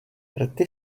rty